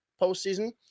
postseason